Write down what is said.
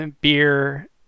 beer